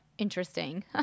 Interesting